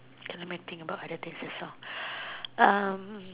okay let me think about things as well um